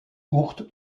courtes